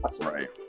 Right